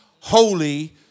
holy